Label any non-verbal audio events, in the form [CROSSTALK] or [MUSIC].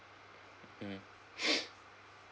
mm [BREATH]